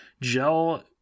Gel